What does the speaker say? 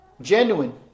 genuine